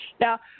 Now